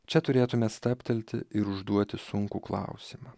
čia turėtume stabtelti ir užduoti sunkų klausimą